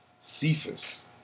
Cephas